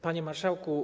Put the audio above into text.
Panie Marszałku!